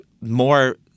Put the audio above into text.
more